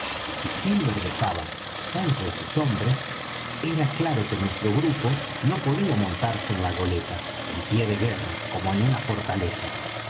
si silver dejaba á seis de sus hombres era claro que nuestro grupo no podía montarse en la goleta en pie de guerra como en una fortaleza